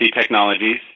Technologies